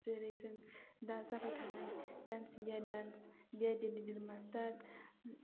जेरै जों दा जाबाय थानाय dance India dance DID little master